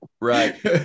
Right